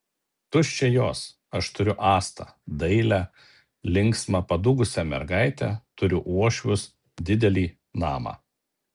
tuščia jos aš turiu astą dailią linksmą padūkusią mergaitę turiu uošvius didelį namą